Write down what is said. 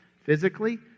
physically